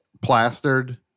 plastered